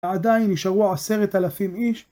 עדיין נשארו עשרת אלפים איש.